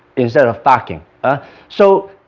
instead of barking ah so